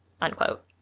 unquote